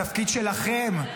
התפקיד שלכם,